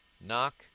Knock